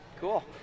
Cool